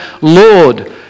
Lord